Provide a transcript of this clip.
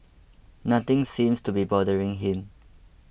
nothing seems to be bothering him